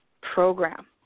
program